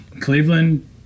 Cleveland